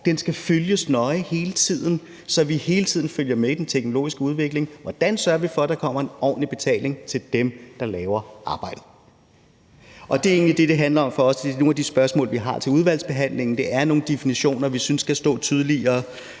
den skal følges nøje hele tiden, så vi hele tiden følger med den teknologiske udvikling. Hvordan sørger vi for, at der kommer en ordentlig betaling til dem, der laver arbejdet? Og det er det, det handler om for os. Nogle af de spørgsmål, vi har til udvalgsarbejdet, er i forhold til nogle af de definitioner, som vi synes skal stå tydeligere.